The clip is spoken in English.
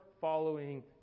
following